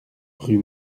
rue